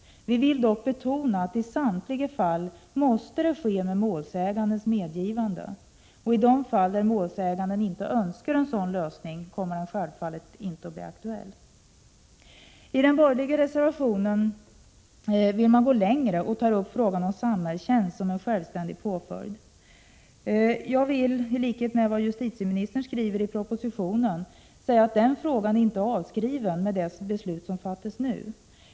Vi vill emellertid betona att det i samtliga fall måste ske med målsägandens medgivande. I de fall målsäganden inte önskar en sådan lösning kommer föreskriften självfallet inte att bli aktuell. I den borgerliga reservationen vill man gå längre, och man tar upp frågan om samhällstjänst som en självständig påföljd. Jag vill i likhet med vad justitieministern skriver i propositionen säga att den frågan inte är avskriven med det beslut som fattas nu.